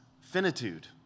finitude